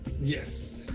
Yes